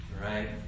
Right